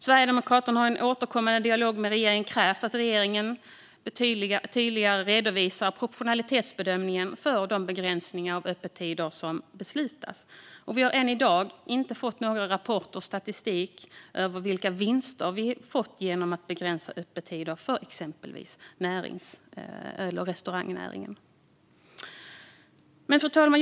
Sverigedemokraterna har i en återkommande dialog med regeringen krävt att regeringen tydligare redovisar proportionalitetsbedömningen för de begränsningar av öppettider som beslutats. Vi har än i dag inte fått några rapporter eller statistik över vilka vinster vi fått genom att begränsa öppettider för exempelvis restaurangnäringen. Fru talman!